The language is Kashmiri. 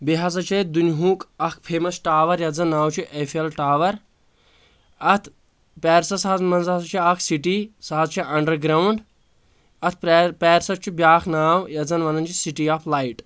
بییٚہِ ہسا چھُ اتہِ دُنۍہوٗک اکھ فیمس ٹاور یتھ زن ناو چھُ ایٚفٮ۪ل ٹاور اتھ پیرسس حظ منٛز حظ چھ اکھ سٹی سۄ حظ چھِ انڈرگرونٛڈ اتھ پیر پیرسس چھُ بیاکھ ناو یتھ زن ونان چھِ سٹی آف لایٹ